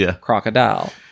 crocodile